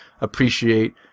appreciate